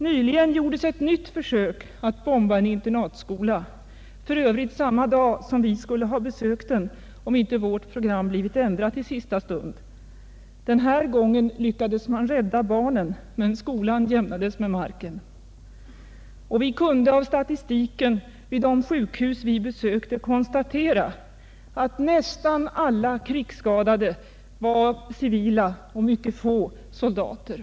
Nyligen gjordes ett nytt försök att bomba en internatskola — för övrigt samma dag som vi skulle ha besökt den om inte värt program blivit ändrat i sista stund. Denna gång lyckades man rädda barnen, men skolan jämnades med marken. Vi kunde av statistiken vid de sjukhus vi besökte konstatera att nästan alla krigsskadade är civila och mycket få soldater.